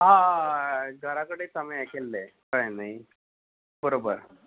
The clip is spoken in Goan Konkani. हय घरा कडेन आमी हें केल्लें कळें न्ही बरोबर